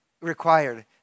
required